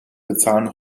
bezahlen